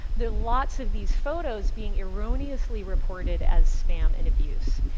there are lots of these photos being erroneously reported as spam and abuse,